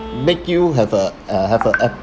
make you have a uh have a